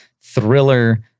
thriller